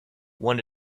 one